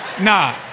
nah